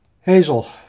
Hazel